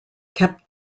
kept